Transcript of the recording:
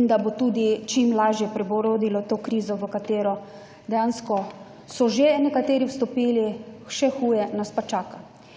in da bo tudi čim lažje prebrodilo to krizo, v katero dejansko so že nekateri vstopili, še huje nas pa čaka.